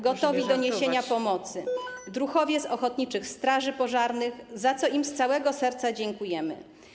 gotowi do niesienia pomocy druhowie z ochotniczych straży pożarnych, za co im z całego serca dziękujemy.